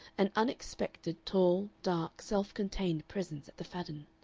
an unexpected, tall, dark, self-contained presence at the fadden.